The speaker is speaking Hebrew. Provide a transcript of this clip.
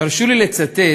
תרשו לי לצטט